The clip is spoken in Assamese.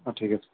অঁ ঠিক আছে